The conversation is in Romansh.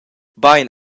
bein